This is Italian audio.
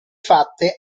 fatte